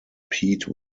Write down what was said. pete